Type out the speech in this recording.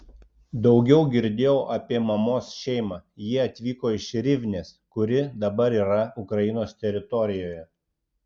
daugiau girdėjau apie mamos šeimą jie atvyko iš rivnės kuri dabar yra ukrainos teritorijoje